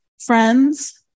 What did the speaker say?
Friends